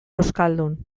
euskaldun